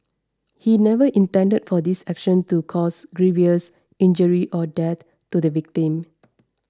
he never intended for this action to cause grievous injury or death to the victim